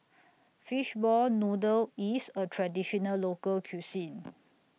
Fishball Noodle IS A Traditional Local Cuisine